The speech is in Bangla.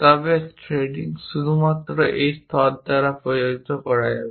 তবে থ্রেডিং শুধুমাত্র এই স্তর পর্যন্ত করা হয়